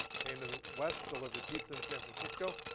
came to the west, delivered pizza in san francisco,